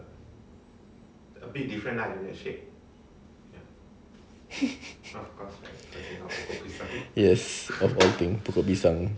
yes that's one thing pokok pisang